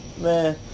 Man